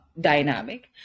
dynamic